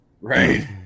Right